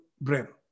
brain